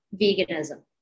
veganism